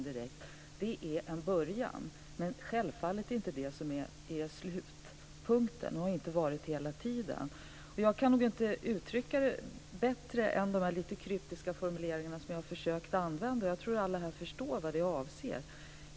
Det är en början, men självfallet inte det som är slutpunkten. Det har det inte varit på hela tiden. Jag kan nog inte uttrycka det bättre än de lite kryptiska formuleringar som jag har försökt att använda. Jag tror att alla här förstår vad det är jag avser.